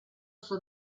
suo